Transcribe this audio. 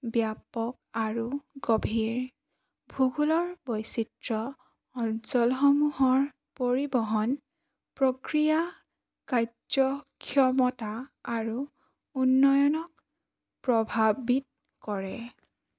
ব্যাপক আৰু গভীৰ ভূগোলৰ বৈচিত্ৰ্য অঞ্চলসমূহৰ পৰিবহণ প্ৰক্ৰিয়া কাৰ্য্যক্ষমতা আৰু উন্নয়নক প্ৰভাৱিত কৰে